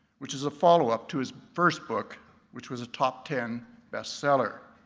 which is a follow up to his first book which was a top ten bestseller.